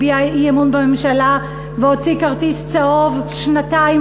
הביע אי-אמון בממשלה והוציא כרטיס צהוב: שנתיים,